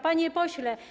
Panie Pośle!